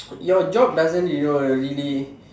your job doesn't your really